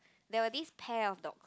there were this pair of dogs